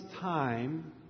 time